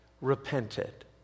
repented